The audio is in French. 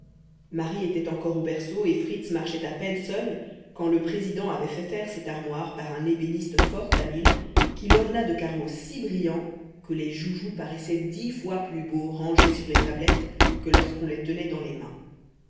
marie était encore au berceau et fritz marchait à peine seul quand le président avait fait faire cette armoire par un ébéniste fort habile qui l'orna de carreaux si brillants que les joujoux paraissaient dix fois plus beaux rangés sur les tablettes que lorsqu'on les tenait dans les mains